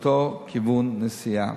באותו כיוון נסיעה.